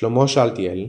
שלמה שאלתיאל,